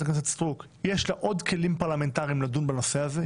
הכנסת סטרוק יש לה עוד כלים פרלמנטריים לדון בנושא הזה,